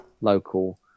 local